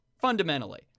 Fundamentally